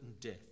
death